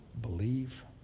believe